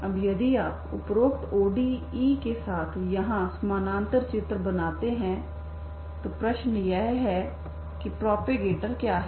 अब यदि आप उपरोक्त ODE के साथ यहाँ समानांतर चित्र बनाते हैं तो प्रश्न यह है कि प्रॉपगेटर क्या है